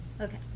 Okay